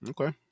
Okay